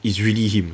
is really him